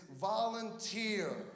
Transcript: volunteer